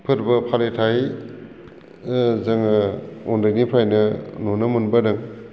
फोरबो फालिथाय जोङो उन्दैनिफ्रायनो नुनो मोनबोदों